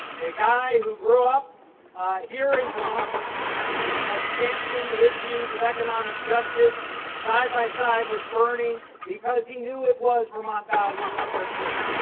a guy who grew up here in vermont has championed the issues of economic justice side-by-side with bernie because he knew it was vermont values at their core.